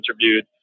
interviewed